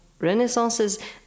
renaissances